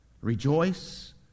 Rejoice